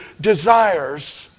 desires